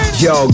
yo